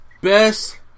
Best